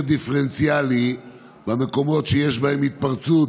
דיפרנציאלי במקומות שיש בהם התפרצות,